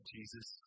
Jesus